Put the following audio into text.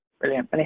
Brilliant